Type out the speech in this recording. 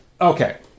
Okay